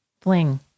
fling